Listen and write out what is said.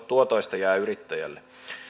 tuotoista jää yrittäjälle